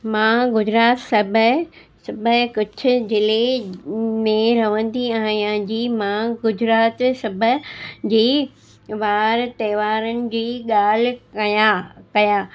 मां गुजरात सबै सबै कच्छ ज़िले में रहंदी आहियां जी मां गुजरात सबै जी वार त्योहारनि जी ॻाल्हि कयां कयां